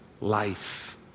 life